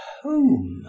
home